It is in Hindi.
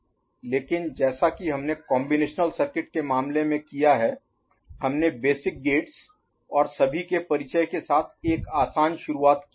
लेकिन जैसा कि हमने कॉम्बिनेशनल सर्किट के मामले में किया है हमने बेसिक गेट्स और सभी के परिचय के साथ एक आसान शुरुआत की